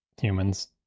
humans